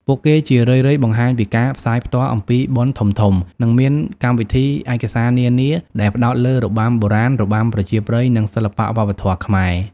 ពួកគេជារឿយៗបង្ហាញពីការផ្សាយផ្ទាល់ពិធីបុណ្យធំៗ និងមានកម្មវិធីឯកសារនានាដែលផ្តោតលើរបាំបុរាណ របាំប្រជាប្រិយ និងសិល្បៈវប្បធម៌ខ្មែរ។